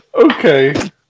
okay